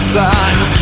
time